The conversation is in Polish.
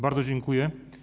Bardzo dziękuję.